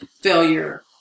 failure